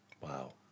Wow